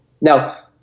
Now